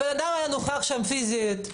האדם היה נוכח שם פיזית,